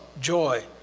joy